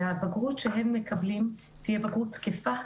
שהבגרות שהם מקבלים תהיה בגרות תקפה,